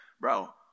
bro